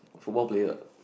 football player